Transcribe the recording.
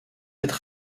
être